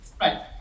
Right